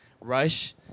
rush